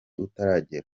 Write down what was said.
utaragera